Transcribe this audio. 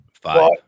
Five